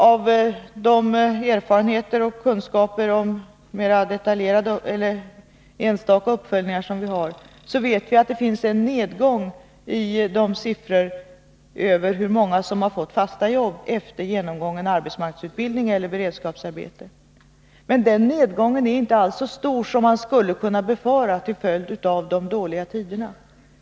Av de erfarenheter och kunskaper som vi har om enstaka uppföljningar vet vi att det finns en nedgång i siffrorna över hur många som har fått fasta jobb efter genomgången arbetsmarknadsutbildning eller efter beredskapsarbete. Men den nedgången är inte alls så stor som man skulle kunna befara till följd av de dåliga tiderna.